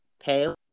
pale